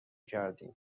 کردیم